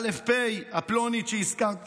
א"פ, הפלונית שהזכרת כאן,